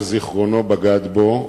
או שזיכרונו בגד בו,